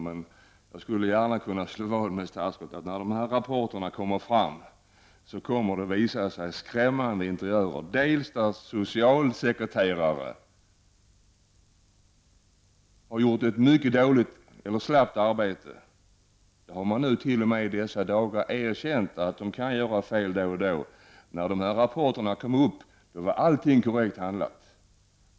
Men jag skulle kunna slå vad med statsrådet om att vi, när de här rapporterna väl föreligger, kommer att få se skrämmande interiörer. Det gäller t.ex. socialsekreterare, som visat slapphet i arbetet. Men man har i dessa dagar t.o.m. erkänt att det blivit fel då och då. När de här rapporterna började diskuteras menade man dock att allting var korrekt handlat.